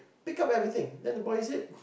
pick up everything then the boy said